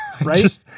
Right